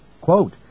Quote